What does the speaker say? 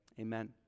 Amen